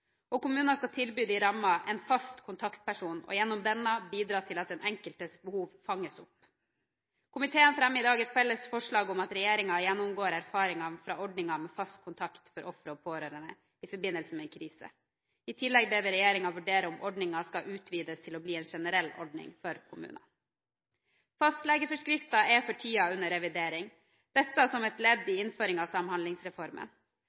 Kommunene skal tilby de rammede en fast kontaktperson og gjennom denne bidra til at den enkeltes behov fanges opp. Komiteen fremmer i dag et felles forslag om at regjeringen gjennomgår erfaringene fra ordningen med fast kontakt for ofre og pårørende i forbindelse med en krise. I tillegg ber vi regjeringen vurdere om ordningen skal utvides til å bli en generell ordning for kommunene. Fastlegeforskriften er for tiden under revidering – dette som et ledd